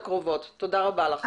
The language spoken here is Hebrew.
תודה רבה לך.